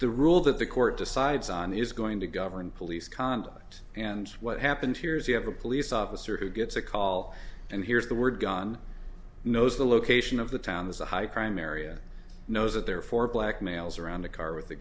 the rule that the court decides on is going to govern police conduct and what happened here is you have a police officer who gets a call and hears the word gun knows the location of the town has a high crime area knows that there are four black males around the car with a